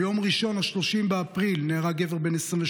ביום ראשון 30 באפריל נהרג גבר בן 22